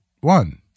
one